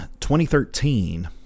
2013